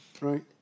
Right